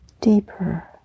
deeper